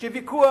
יש לי ויכוח